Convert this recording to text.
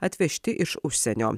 atvežti iš užsienio